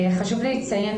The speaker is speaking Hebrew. חשוב לי לציין,